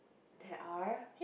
there are